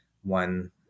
one